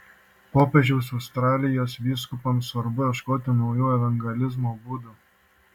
popiežius australijos vyskupams svarbu ieškoti naujų evangelizavimo būdų